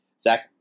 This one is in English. Zach